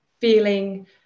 feeling